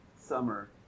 summer